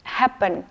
happen